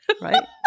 Right